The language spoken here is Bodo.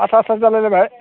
आथा आथा जालाय लायबाय